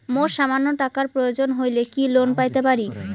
মোর সামান্য টাকার প্রয়োজন হইলে কি লোন পাইতে পারি?